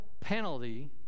penalty